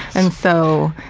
and so,